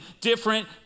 different